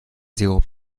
sirup